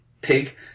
pig